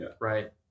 Right